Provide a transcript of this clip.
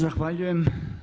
Zahvaljujem.